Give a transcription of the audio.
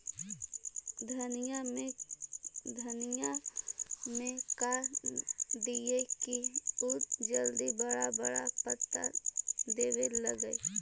धनिया में का दियै कि उ जल्दी बड़ा बड़ा पता देवे लगै?